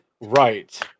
right